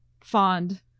fond